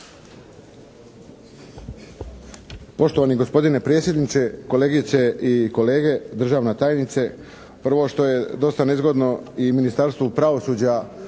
Poštovani gospodine predsjedniče, kolegice i kolege, državna tajnice. Prvo što je dosta nezgodno i Ministarstvu pravosuđa